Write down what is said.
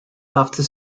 after